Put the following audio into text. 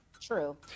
True